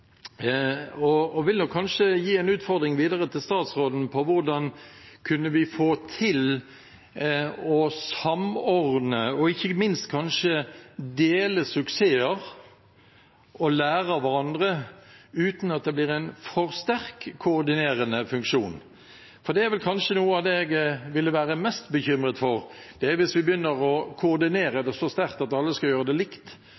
og vil nok kanskje gi en utfordring videre til statsråden: Hvordan kan vi få til å samordne og ikke minst kanskje dele suksesser og lære av hverandre uten at det blir en for sterk koordinerende funksjon? For kanskje noe av det jeg ville være mest bekymret for, er hvis vi begynner å koordinere det så sterkt at alle skal gjøre det likt.